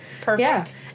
perfect